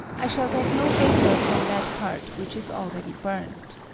i shall get no vapor from that part which is already burnt.